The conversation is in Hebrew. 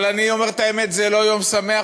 אבל אני אומר את האמת: זה לא יום שמח,